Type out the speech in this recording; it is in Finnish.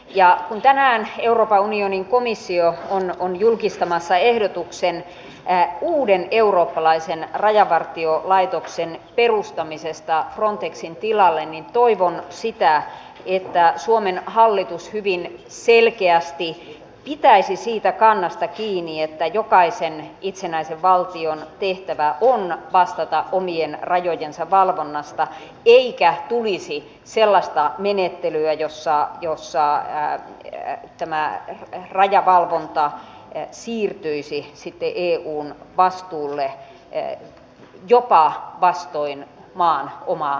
ja kun tänään euroopan unionin komissio on julkistamassa ehdotuksen uuden eurooppalaisen rajavartiolaitoksen perustamisesta frontexin tilalle niin toivon että suomen hallitus hyvin selkeästi pitäisi kiinni siitä kannasta että jokaisen itsenäisen valtion tehtävä on vastata omien rajojensa valvonnasta eikä tulisi sellaista menettelyä jossa tämä rajavalvonta siirtyisi sitten eun vastuulle jopa vastoin maan omaa tahtoa